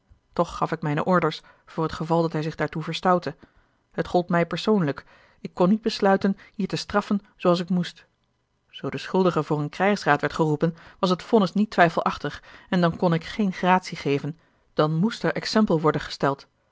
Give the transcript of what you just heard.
toch gaf ik mijne orders voor t geval dat hij zich daartoe verstoutte het gold mij persoonlijk ik kon niet besluiten hier te straffen zooals ik moest zoo de schuldige voor een krijgsraad werd geroepen was het vonnis niet twijfelachtig en dan kon ik geen gratie geven dan moest er exempel worden gesteld